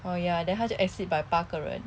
oh ya then 他就 exceed by 八个人